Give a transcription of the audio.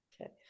okay